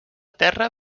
terra